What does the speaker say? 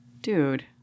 Dude